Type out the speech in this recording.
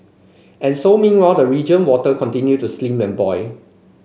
and so meanwhile the region water continue to slimmer and boil